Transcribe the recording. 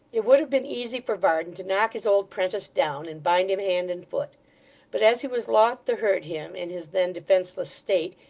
it would have been easy for varden to knock his old prentice down, and bind him hand and foot but as he was loth to hurt him in his then defenceless state,